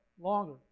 longer